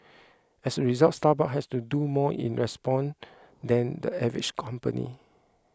as a result Starbucks had to do more in response than the average company